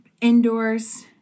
Indoors